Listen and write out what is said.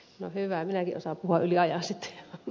no hyvä minäkin osaan puhua yli ajan sitten